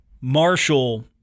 Marshall